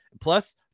Plus